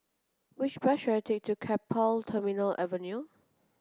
which bus should I take to Keppel Terminal Avenue